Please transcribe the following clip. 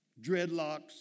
Dreadlocks